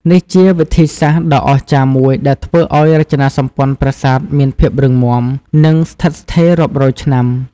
នេះជាវិធីសាស្ត្រដ៏អស្ចារ្យមួយដែលធ្វើឱ្យរចនាសម្ព័ន្ធប្រាសាទមានភាពរឹងមាំ និងស្ថិតស្ថេររាប់រយឆ្នាំ។